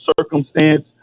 circumstance